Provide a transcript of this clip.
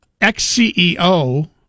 ex-ceo